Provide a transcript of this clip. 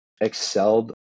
excelled